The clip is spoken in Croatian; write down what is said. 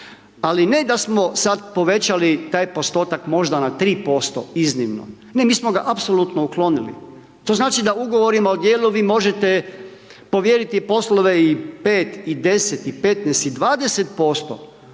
Ali ne da smo sad povećati taj postotak možda na 3% iznimno, ne mi smo ga apsolutno uklonili, to znači da ugovorima o djelu vi možete povjeriti i poslove i 5 i 10 i 15 i 20%